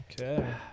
Okay